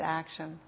action